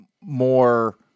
more